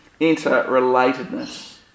interrelatedness